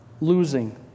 losing